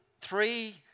three